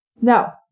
Now